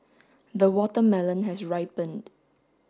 the watermelon has ripened